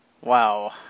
Wow